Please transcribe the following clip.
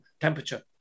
temperature